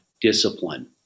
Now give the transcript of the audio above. discipline